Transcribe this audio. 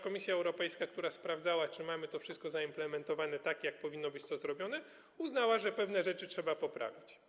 Komisja Europejska, która sprawdzała, czy mamy to wszystko zaimplementowane, tak jak powinno to być zrobione, uznała, że pewne rzeczy trzeba poprawić.